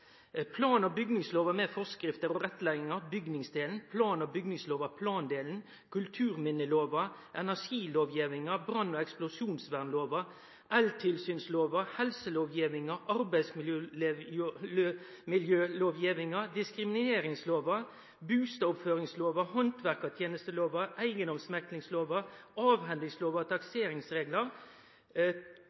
plan- og bygningsloven med forskrifter og rettleiingar, bygningsdelen plan- og bygningsloven, plandelen kulturminneloven energilovgivinga brann- og eksplosjonsvernloven el-tilsynsloven helselovgivinga arbeidsmiljølovgivinga diskrimineringsloven bustadoppføringsloven